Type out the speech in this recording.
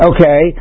Okay